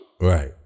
Right